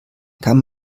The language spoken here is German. kann